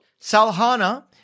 Salhana